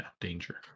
danger